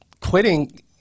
quitting